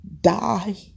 Die